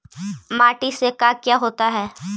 माटी से का क्या होता है?